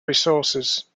resources